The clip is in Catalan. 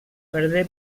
perdé